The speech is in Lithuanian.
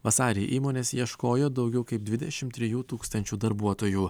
vasarį įmonės ieškojo daugiau kaip dvidešimt trijų tūkstančių darbuotojų